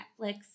Netflix